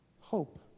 Hope